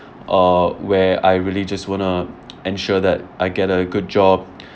uh where I really just want to ensure that I get a good job